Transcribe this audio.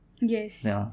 Yes